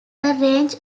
range